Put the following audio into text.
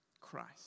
Christ